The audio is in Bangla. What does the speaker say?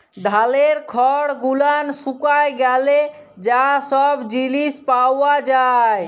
ধালের খড় গুলান শুকায় গ্যালে যা ছব জিলিস পাওয়া যায়